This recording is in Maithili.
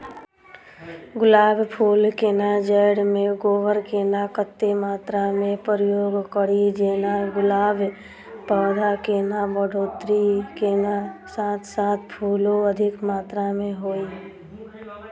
गुलाब फूल केँ जैड़ मे गोबर केँ कत्ते मात्रा मे उपयोग कड़ी जेना गुलाब पौधा केँ बढ़ोतरी केँ साथ साथ फूलो अधिक मात्रा मे होइ?